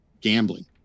gambling